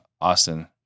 Austin